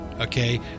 okay